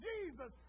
Jesus